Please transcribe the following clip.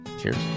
Cheers